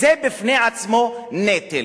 זה בפני עצמו נטל.